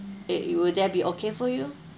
yeah would that be okay for you